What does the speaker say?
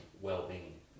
well-being